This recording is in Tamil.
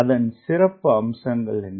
அதன் சிறப்பு அம்சங்கள் என்ன